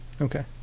Okay